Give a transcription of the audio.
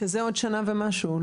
שזה עוד שנה ומשהו.